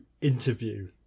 interview